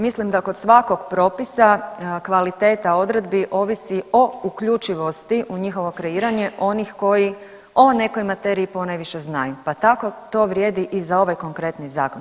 Mislim da kod svakog propisa kvaliteta odredbi ovisi o uključivosti u njihovo kreiranje onih koji o nekoj materiji ponajviše znaju, pa tako to vrijedi i za ovaj konkretni zakon.